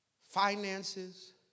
finances